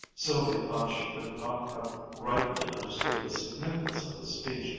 sylvia thought she could not have rightly understood the significance of this speech,